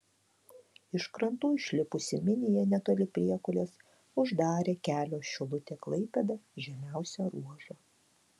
iš krantų išlipusi minija netoli priekulės uždarė kelio šilutė klaipėda žemiausią ruožą